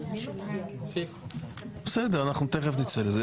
אני פה,